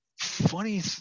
funny